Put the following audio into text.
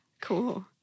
Cool